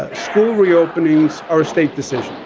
ah school reopenings are a state decision,